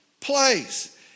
place